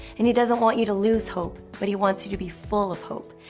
and he doesn't want you to lose hope but he wants you to be full of hope.